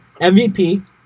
MVP